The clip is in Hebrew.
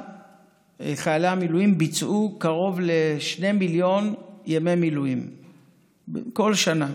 חיילי המילואים עשו בממוצע קרוב ל-2 מיליון ימי מילואים כל שנה.